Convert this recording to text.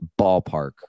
ballpark